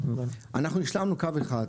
אנחנו השלמנו קו אחד,